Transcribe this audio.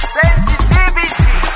sensitivity